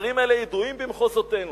והדברים האלה ידועים במחוזותינו,